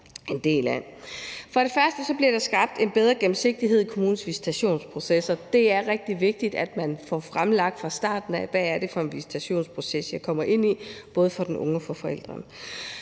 For det første bliver der skabt en bedre gennemsigtighed i kommunens visitationsprocesser. Det er rigtig vigtigt, både for den unge og for forældrene, at man får fremlagt fra starten af, hvad det er for en visitationsproces, man kommer ind i. Der bliver lagt op til, at der